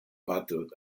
battled